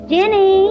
Jenny